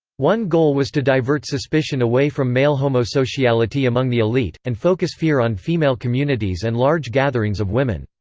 one goal was to divert suspicion away from male homosociality among the elite, and focus fear on female communities and large gatherings of women.